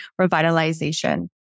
revitalization